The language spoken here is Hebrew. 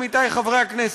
עמיתי חברי הכנסת,